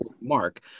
mark